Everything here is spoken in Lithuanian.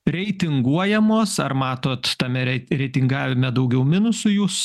reitinguojamos ar matot tame rei reitingavime daugiau minusų jūs